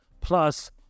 plus